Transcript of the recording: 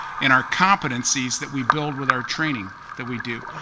and our competencies that we build with our training that we do.